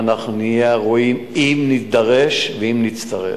ואנחנו נהיה ערוכים, אם נידרש ואם נצטרך.